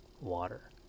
water